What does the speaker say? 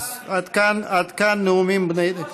אז עד כאן נאומים בני דקה.